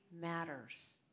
matters